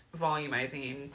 volumizing